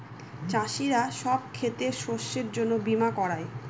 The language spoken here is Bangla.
চাষীরা সব ক্ষেতের শস্যের জন্য বীমা করায়